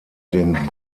den